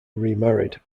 remarried